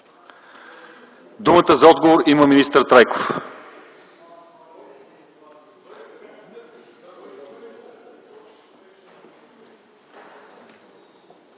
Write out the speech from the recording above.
Думата за отговор има министър Трайков.